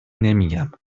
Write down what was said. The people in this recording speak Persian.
نمیگم